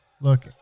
Look